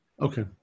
Okay